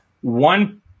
One